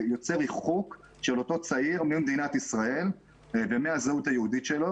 זה יוצר ריחוק של אותו צעיר ממדינת ישראל ומהזהות היהודית שלו,